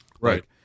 Right